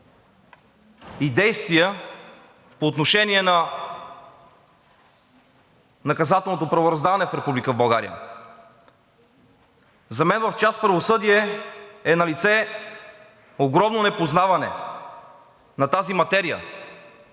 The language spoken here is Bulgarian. и действия по отношение на наказателното правораздаване в Република България. За мен в част „Правосъдие“ е налице огромно непознаване на тази материя.